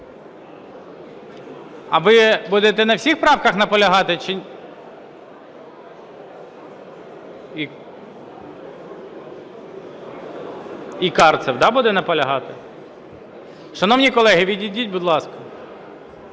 А ви будете на всіх правках наполягати чи…? І Карцев, да, буде наполягати? Шановні колеги, відійдіть, будь ласка.